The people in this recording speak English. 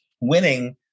winning